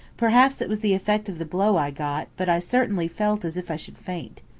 perhaps it was the effect of the blow i got, but i certainly felt as if i should faint.